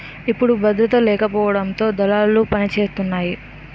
ఇప్పుడు భద్రత లేకపోవడంతో దళాలు పనిసేతున్నాయి